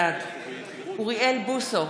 בעד אוריאל בוסו,